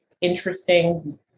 interesting